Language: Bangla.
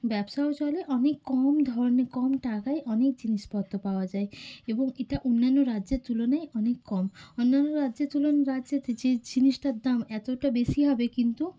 ব্যবসাও চলে অনেক কম ধরনের কম টাকায় অনেক জিনিসপত্র পাওয়া যায় এবং এটা অন্যান্য রাজ্যের তুলনায় অনেক কম অন্যান্য রাজ্যের তুলনা রাজ্যেতে যে জিনিসটার দাম এতটা বেশি হবে কিন্তু